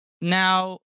Now